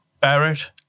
Barrett